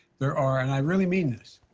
there are and i really mean this,